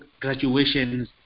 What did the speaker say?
graduations